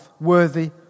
worthy